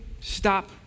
stop